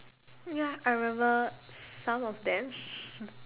ya I remember some of them